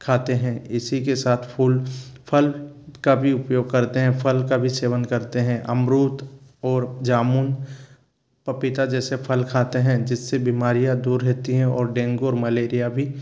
खाते हैं इसी के साथ फूल फल का भी उपयोग करते हैं फल का भी सेवन करते हैं अमरुद और जामुन पपीता जैसे फल खाते हैं जिससे बीमारियाँ दूर रहती हैं और डेंगू और मलेरिया भी